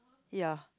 ya